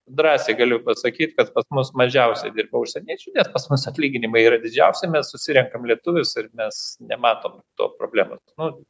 drąsiai galiu pasakyt kad pas mus mažiausiai dirba užsieniečiai nes pas mus atlyginimai yra didžiausi mes susirenkam lietuvius ir mes nematom to problemos nu